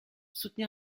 soutenir